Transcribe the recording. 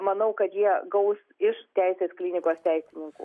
manau kad jie gaus iš teisės klinikos teisininkų